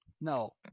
No